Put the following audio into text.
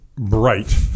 bright